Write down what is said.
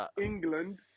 England